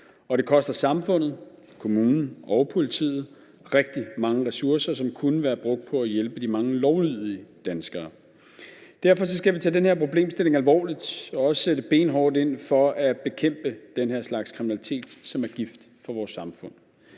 Og det koster samfundet, kommunen og politiet rigtig mange ressourcer, som kunne være brugt på at hjælpe de mange lovlydige danskere. Derfor skal vi tage den her problemstilling alvorligt og også sætte benhårdt ind for at bekæmpe den her slags kriminalitet, som er gift for vores samfund.